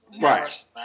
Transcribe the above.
Right